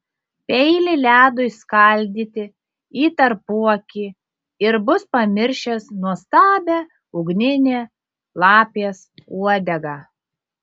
peilį ledui skaldyti į tarpuakį ir bus pamiršęs nuostabią ugninę lapės uodegą